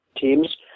teams